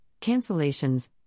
cancellations